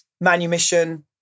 Manumission